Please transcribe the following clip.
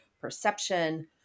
perception